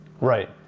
Right